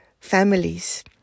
families